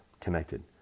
connected